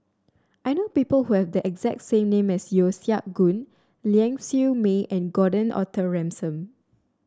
I know people who have the exact same name as Yeo Siak Goon Ling Siew May and Gordon Arthur Ransome